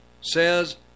Says